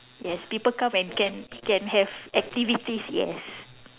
yes people come and can can have activities yes